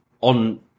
on